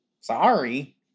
Sorry